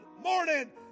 morning